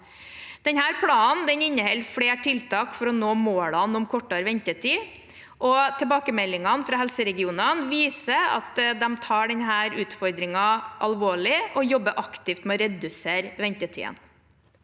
planen inneholder flere tiltak for å nå målene om kortere ventetider. Tilbakemeldingene fra helseregionene viser at de tar denne utfordringen alvorlig og jobber aktivt med å redusere ventetidene.